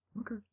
Okay